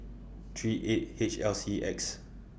three eight H L C X